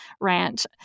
rant